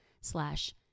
slash